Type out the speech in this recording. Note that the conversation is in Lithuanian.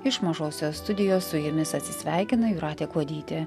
iš mažosios studijos su jumis atsisveikina jūratė kuodytė